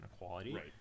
inequality